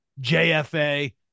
JFA